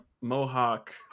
mohawk